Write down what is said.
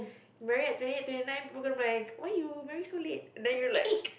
married at twenty eight twenty nine people gonna be like why you marry so late and then you're like